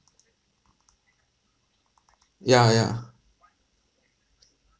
ya yeah